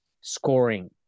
scoring